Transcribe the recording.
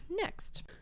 next